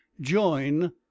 join